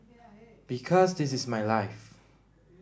because this is my life